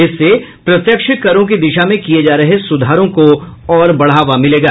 इससे प्रत्यक्ष करों की दिशा में किये जा रहे सुधारों को और बढ़ावा मिलेगा